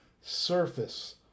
surface